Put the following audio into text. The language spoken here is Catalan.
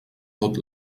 tot